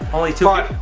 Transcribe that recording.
only two, um